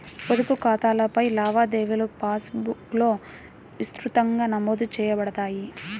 పొదుపు ఖాతాలపై లావాదేవీలుపాస్ బుక్లో విస్తృతంగా నమోదు చేయబడతాయి